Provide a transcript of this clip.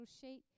sheet